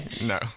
no